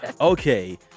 Okay